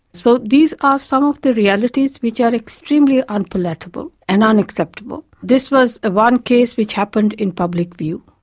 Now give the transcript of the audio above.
so these are some of the realities which are extremely unpalatable and unacceptable. this was ah one case which happened in public view,